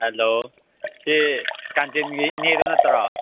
hello ꯁꯦ ꯀꯥꯟꯇꯤꯟꯒꯤ ꯏꯅꯦꯗꯣ ꯅꯠꯇ꯭ꯔꯣ